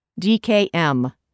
DKM